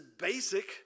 basic